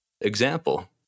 Example